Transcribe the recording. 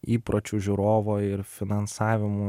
įpročių žiūrovo ir finansavimų